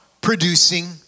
producing